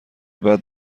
بعد